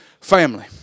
Family